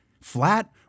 flat